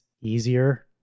easier